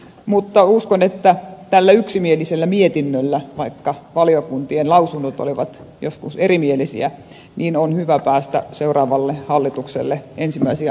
mutta uskon että tällä yksimielisellä mietinnöllä vaikka valiokuntien lausunnot olivat joskus erimielisiä on hyvä päästä seuraavalle hallitukselle ensimmäisiä askelmerkkejä tekemään